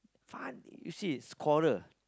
Fandi you see scorer